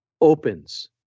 opens